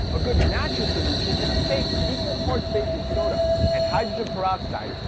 a good natural solution is to take equal parts baking soda and hydrogen peroxide,